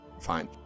Fine